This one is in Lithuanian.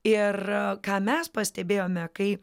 ir ką mes pastebėjome kai